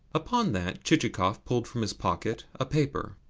upon that chichikov pulled from his pocket a paper,